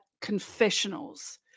confessionals